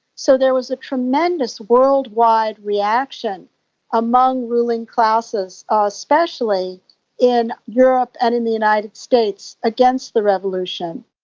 so there was a tremendous worldwide reaction among ruling classes, ah especially in europe and in the united states against the revolution.